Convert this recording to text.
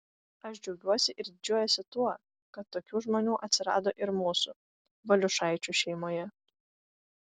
aš džiaugiuosi ir didžiuojuosi tuo kad tokių žmonių atsirado ir mūsų valiušaičių šeimoje